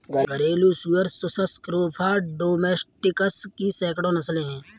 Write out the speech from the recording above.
घरेलू सुअर सुस स्क्रोफा डोमेस्टिकस की सैकड़ों नस्लें हैं